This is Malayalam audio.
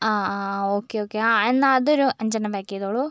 ആ ആ ഓക്കേ ഓക്കേ എന്നാൽ അതൊരു അഞ്ചെണ്ണം പായ്ക്ക് ചെയ്തോളൂ